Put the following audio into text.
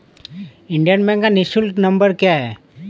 Indian bank का निःशुल्क number क्या है?